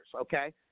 okay